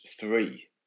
three